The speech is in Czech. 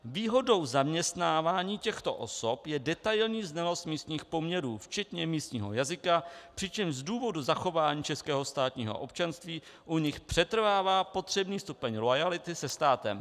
Výhodou zaměstnávání těchto osob je detailní znalost místních poměrů, včetně místního jazyka, přičemž z důvodu zachování českého státního občanství u nich přetrvává potřebný stupeň loajality se státem.